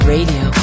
Radio